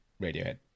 Radiohead